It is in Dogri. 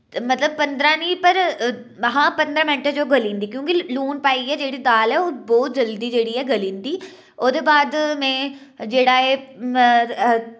मतलब पन्दरां नी पर हां पन्दरां मैन्टें च ओह् गली जंदी क्यूंकि लून पाइयै जेह्ड़ी दाल ऐ ओह् बहुत जल्दी जेह्ड़ी ऐ गली जंदी ओह्दे बाद में जेह्ड़ा ऐ